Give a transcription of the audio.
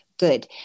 Good